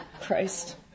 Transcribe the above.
Christ